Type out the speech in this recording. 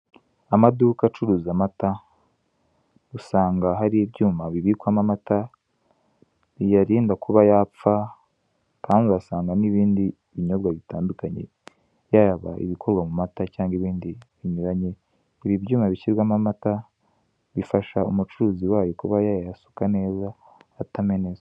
Amaduka acuruza amata usanga hari ibyuma bibikwamo amata biyarinda kuba yapfa kandi ugasangamo ibindi binyobwa bitandukanye yaba ibikorwa mu mata cyangwa ibindi binyuranye, ibi byuma bishyirwamo amata bifasha umucuruzi wayo kuba yayasuka neza atamenetse.